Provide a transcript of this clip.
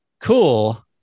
cool